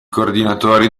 coordinatori